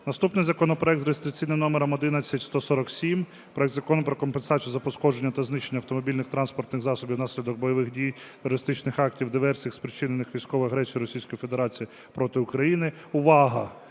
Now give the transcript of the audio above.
Наступний законопроект за реєстраційним номером 11147: проект Закону про компенсацію за пошкодження та знищення автомобільних транспортних засобів внаслідок бойових дій, терористичних актів, диверсій, спричинених військовою агресією Російської Федерації проти України. Увага,